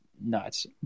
nuts